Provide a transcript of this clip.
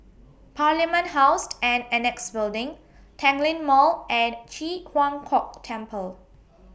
Parliament House and Annexe Building Tanglin Mall and Ji Huang Kok Temple